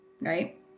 right